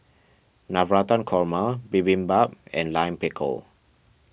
Navratan Korma Bibimbap and Lime Pickle